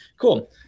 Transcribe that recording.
Cool